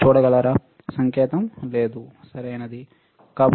సంకేతం లేదు సరియైనది